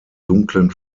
dunklen